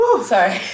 Sorry